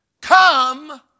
come